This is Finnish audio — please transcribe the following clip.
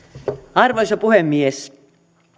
arvoisa puhemies